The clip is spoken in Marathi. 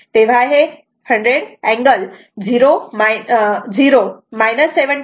तेव्हा हे 100 अँगल 0 73